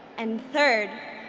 and third,